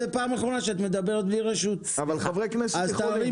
שזה מאבליים עד בית העמק, במכרז זכיינים,